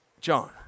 John